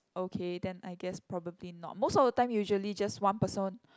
okay then I guess probably not most of the time usually just one person